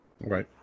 Right